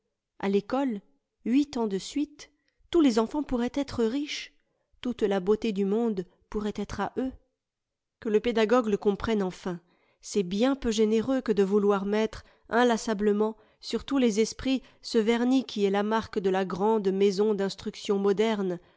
a l'école huit ans de suite tous les enfants pourraient être riches toute la beauté du monde pourrait être à eux que le pédagogue le comprenne enfin c'est bien peu généreux que de vouloir mettre inlassablement sur tous les esprits ce vernis qui est la marque de la grande maison dinstruction moderne